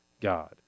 God